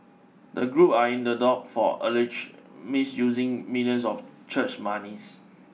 the group are in the dock for allegedly misusing millions of church monies